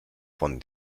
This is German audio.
von